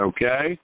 Okay